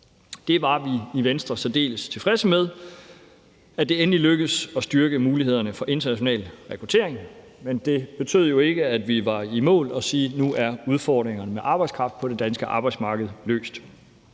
Det var vi i Venstre særdeles tilfredse med, altså at det endelig lykkedes at styrke mulighederne for international rekruttering, men det betød jo ikke, at vi var i mål og kunne sige, at nu var udfordringerne med arbejdskraft på det danske arbejdsmarked løst.